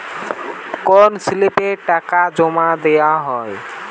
কোন স্লিপে টাকা জমাদেওয়া হয়?